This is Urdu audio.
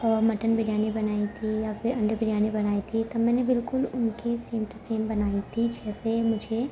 ہے اور مٹن بریانی بنائی تھی یا پھر انڈے بریانی بنائی تھی تب میں نے بالکل ان کی سیم ٹو سیم بنائی تھی جیسے مجھے